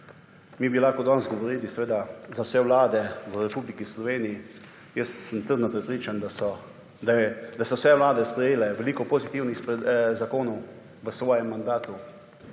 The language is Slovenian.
mi bi lahko danes govorili seveda za vse vlade v Republiki Sloveniji jaz sem trdno prepričan, da so vse vlade sprejele veliko pozitivnih zakonov v svojem mandatu